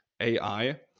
AI